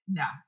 no